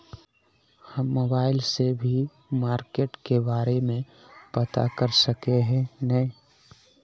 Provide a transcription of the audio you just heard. हम मोबाईल से भी मार्केट के बारे में पता कर सके है नय?